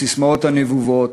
הססמאות הנבובות,